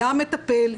היה מטפל,